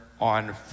on